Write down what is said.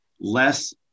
less